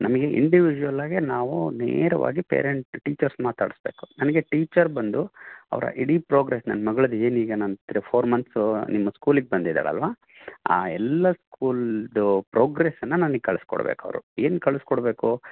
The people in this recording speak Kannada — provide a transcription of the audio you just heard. ನಮಗೆ ಇಂಡಿವಿಶ್ಯುವಲ್ಲಾಗಿ ನಾವು ನೇರವಾಗಿ ಪೇರೆಂಟ್ ಟೀಚರ್ಸ್ ಮಾತಾಡಿಸ್ಬೇಕು ನನಗೆ ಟೀಚರ್ ಬಂದು ಅವರ ಇಡೀ ಪ್ರೋಗ್ರೆಸ್ ನನ್ನ ಮಗಳದ್ದೇನಿಗ ನಂತರ ಫೋರ್ ಮಂತ್ಸು ನಿಮ್ಮ ಸ್ಕೂಲಿಗೆ ಬಂದಿದಾಳಲ್ವ ಆ ಎಲ್ಲ ಸ್ಕೂಲ್ದು ಪ್ರೋಗ್ರೆಸ್ಸನ್ನು ನನಗೆ ಕಳಿಸ್ಕೊಡ್ಬೇಕವರು ಏನು ಕಳಿಸ್ಕೊಡಬೇಕು